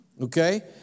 okay